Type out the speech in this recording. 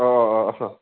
अह अह अह